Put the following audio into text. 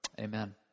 Amen